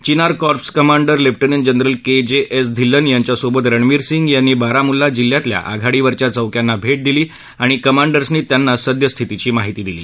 चिनार corps commander lieutenant general क्रिफ्स धिल्लन यांच्यासोबत रणबीर सिंग यांनी बारामुल्ला जिल्ह्यातल्या आघाडीवरच्या चौक्यांना भट्ट दिली आणि कमांडर्सनी त्यांना सद्यस्थितीची माहिती दिली